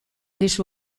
dizu